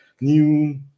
new